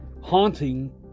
haunting